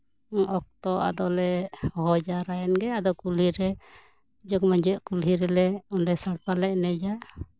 ᱚᱠᱛᱚ ᱟᱫᱚᱞᱮ ᱦᱚᱦᱚ ᱡᱟᱣᱨᱟᱭᱮᱱ ᱜᱮ ᱟᱫᱚ ᱠᱩᱞᱦᱤ ᱨᱮ ᱡᱚᱜᱽ ᱢᱟᱹᱡᱷᱤᱭᱟᱜ ᱠᱩᱞᱦᱤ ᱨᱮᱞᱮ ᱚᱸᱰᱮ ᱥᱟᱲᱯᱟ ᱞᱮ ᱮᱱᱮᱡᱟ